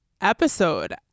episode